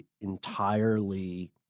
entirely –